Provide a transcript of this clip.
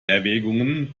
erwägungen